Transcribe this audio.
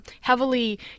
heavily